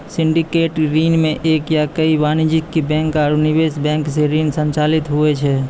syndicated ऋण मे एक या कई वाणिज्यिक बैंक आरू निवेश बैंक सं ऋण संचालित हुवै छै